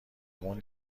مون